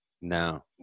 no